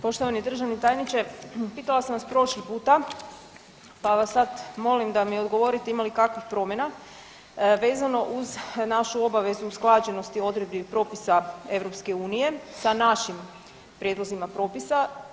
Poštovani državni tajniče, pitala sam vas prošli puta pa vas sad molim da mi odgovorite, ima li kakvih promjena vezano uz našu obavezu usklađenosti odredbi propisa EU sa našim prijedlozima propisa.